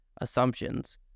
assumptions